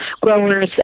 growers